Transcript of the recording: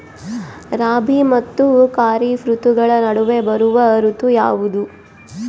ರಾಬಿ ಮತ್ತು ಖಾರೇಫ್ ಋತುಗಳ ನಡುವೆ ಬರುವ ಋತು ಯಾವುದು?